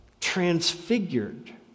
transfigured